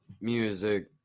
music